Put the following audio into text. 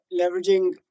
leveraging